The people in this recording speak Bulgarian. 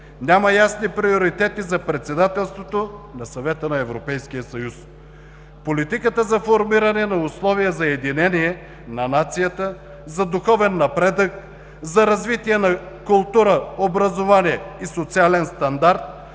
Няма ясни приоритети за председателството на Съвета на Европейския съюз. Политиката за формиране на условия за единение на нацията, за духовен напредък, за развитие на култура, образование и социален стандарт,